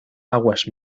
aguas